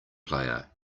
player